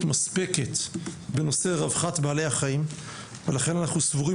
מספקת בנושא רווחת בעלי החיים ולכן אנחנו סבורים